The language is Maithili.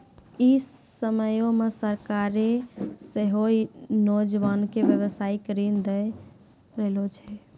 इ समयो मे सरकारें सेहो नौजवानो के व्यवसायिक ऋण दै रहलो छै